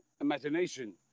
imagination